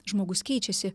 žmogus keičiasi